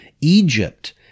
Egypt